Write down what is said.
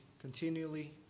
continually